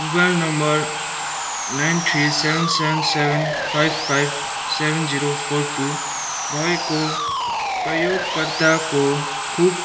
mobile number nine three seven seven seven five five seven zero four two भएको प्रयोगकर्ताको खोप